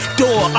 door